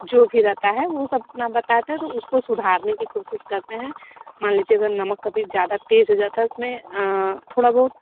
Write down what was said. जो भी रहता है वो सब अपना बताते हैं तो उसको सुधारने की कोशिश करते है मान लीजिए अगर नमक कभी ज़्यादा तेज़ हो जाता है इसमें थोड़ा बहुत